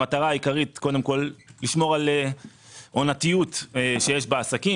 המטרה העיקרית היא לשמור על עונתיות שיש בעסקים.